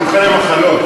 אני מומחה למחלות.